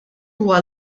huwa